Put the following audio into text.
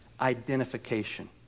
identification